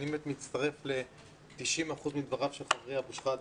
אני מצטרף ל-90% מדבריו של חברי אבו שחאדה.